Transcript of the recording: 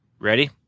Ready